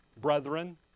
Brethren